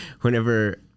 whenever